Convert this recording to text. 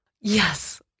Yes